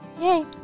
Yay